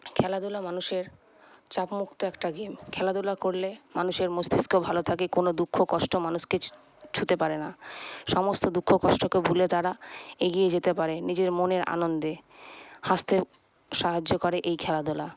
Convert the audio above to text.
খেলাধুলা মানুষের চাপ মুক্ত একটা গেম খেলাধুলা করলে মানুষের মস্তিষ্ক ভালো থাকে কোন দুঃখ কষ্ট মানুষকে ছ ছুঁতে পারে না সমস্ত দুঃখ কষ্টকে ভুলে তারা এগিয়ে যেতে পারে নিজের মনের আনন্দে হাসতে সাহায্য করে এই খেলাধুলা